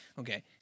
Okay